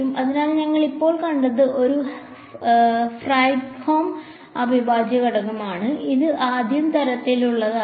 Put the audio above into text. അതിനാൽ ഞങ്ങൾ ഇപ്പോൾ കണ്ടത് ഒരു ഫ്രെഡ്ഹോം അവിഭാജ്യ സമവാക്യമാണ് ഇത് ആദ്യ തരത്തിലുള്ളതാണ്